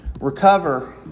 recover